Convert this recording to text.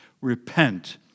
Repent